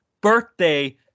birthday